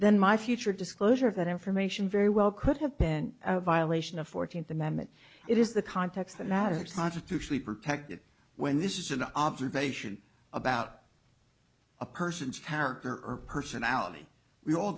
then my future disclosure of that information very well could have been a violation of fourteenth amendment it is the context that matters constitutionally protected when this is an observation about a person's character or personality we all